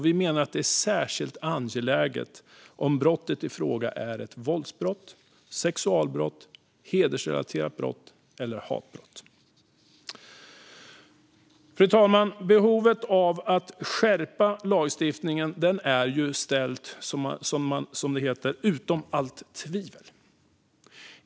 Vi menar att det är särskilt angeläget om brottet i fråga är ett våldsbrott, ett sexualbrott, ett hedersrelaterat brott eller ett hatbrott. Fru talman! Behovet av att skärpa lagstiftningen är, som det heter, ställt utom allt tvivel.